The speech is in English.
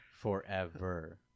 Forever